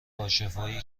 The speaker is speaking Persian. کاشفایی